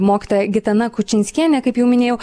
mokytoja gitana kučinskienė kaip jau minėjau